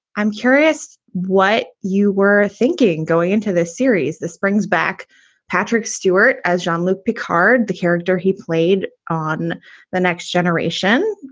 i'm curious what you were thinking going into this series. this brings back patrick stewart as jean-luc picard, the character he played on the next generation,